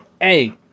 Hey